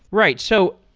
right. so,